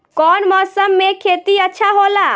कौन मौसम मे खेती अच्छा होला?